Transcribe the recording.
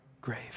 grave